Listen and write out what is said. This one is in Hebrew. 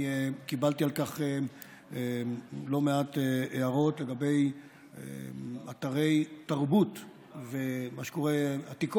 אני קיבלתי לא מעט הערות לגבי אתרי תרבות ועתיקות,